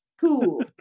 cool